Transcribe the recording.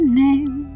name